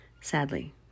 sadly